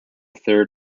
third